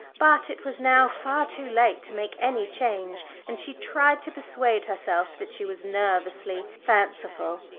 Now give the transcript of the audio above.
but it was now far too late to make any change, and she tried to persuade herself that she was nervously fanciful.